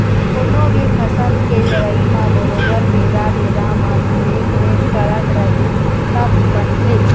कोनो भी फसल के लेवई म बरोबर बेरा बेरा म देखरेख करत रहिबे तब बनथे